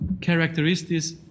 characteristics